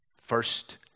First